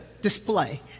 display